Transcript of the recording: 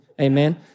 Amen